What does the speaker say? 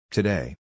Today